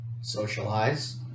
Socialize